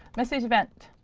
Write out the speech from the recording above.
message went.